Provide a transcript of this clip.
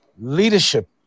leadership